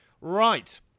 Right